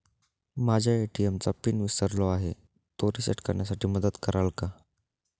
माझ्या ए.टी.एम चा पिन मी विसरलो आहे, तो रिसेट करण्यासाठी मला मदत कराल?